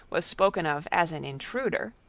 was spoken of as an intruder,